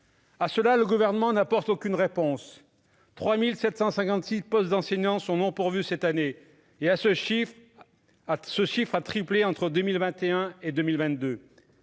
à cela, le gouvernement n'apporte aucune réponse 3000 750000 postes d'enseignants sont non pourvus cette année et à ce chiffre à ce chiffre a triplé entre 2021 et 2022